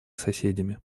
соседями